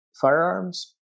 firearms